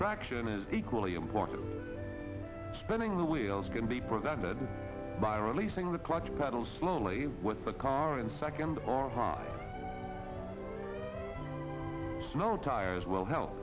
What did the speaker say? traction is equally important spinning the wheels can be prevented by releasing the clutch pedal slowly with the car in second or high snow tires will help